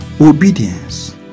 obedience